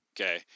okay